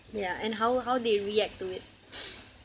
ya and how how they react to it